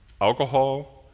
alcohol